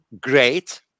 Great